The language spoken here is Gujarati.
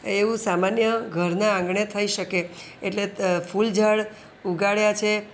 એવું સામાન્ય ઘરના આંગણે થઈ શકે એટલે ત ફૂલ ઝાડ ઉગાડ્યા છે